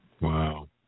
Wow